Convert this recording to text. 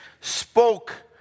spoke